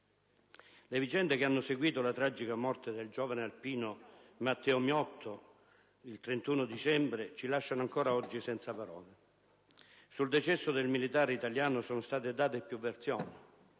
Le vicende che hanno seguito la tragica morte del giovane alpino Matteo Miotto, il 31 dicembre scorso, ci lasciano ancora oggi senza parole. Sul decesso del militare italiano sono state date più versioni.